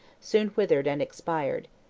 soon withered and expired.